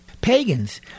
pagans